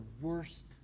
worst